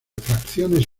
fracciones